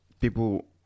people